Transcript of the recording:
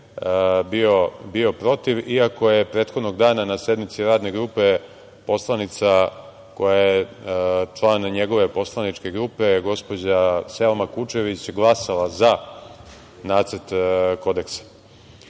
bio protiv iako je prethodnog dana na sednici Radne grupe poslanica koja je član njegove poslaničke grupe, gospođa Selma Kučević, glasala za Nacrt kodeksa. Ono